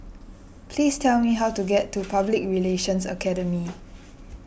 please tell me how to get to Public Relations Academy